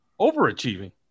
overachieving